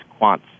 quants